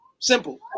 Simple